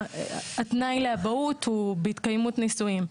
התנאי לאבהות הוא בהתקיימות נישואים.